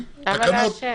למה לאשר?